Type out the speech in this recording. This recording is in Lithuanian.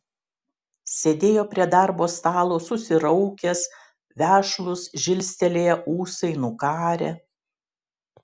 sėdėjo prie darbo stalo susiraukęs vešlūs žilstelėję ūsai nukarę